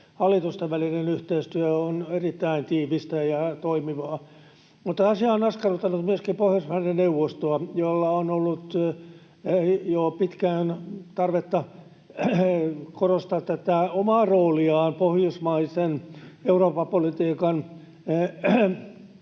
hallitusten välinen yhteistyö on erittäin tiivistä ja toimivaa. Mutta asia on askarruttanut myöskin Pohjoismaiden neuvostoa, jolla on ollut jo pitkään tarvetta korostaa tätä omaa rooliaan pohjoismaisen Eurooppa-politiikan